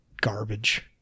garbage